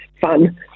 fun